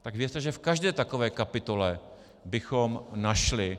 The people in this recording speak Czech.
Tak věřte, že v každé takové kapitole bychom našli...